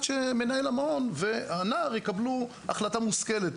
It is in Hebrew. שמנהל המעון והנער יקבלו החלטה מושכלת,